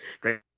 great